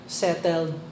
settled